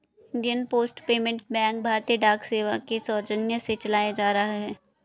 Indian post payment bank भारतीय डाक सेवा के सौजन्य से चलाया जा रहा है